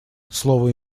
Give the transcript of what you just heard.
слово